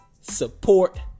support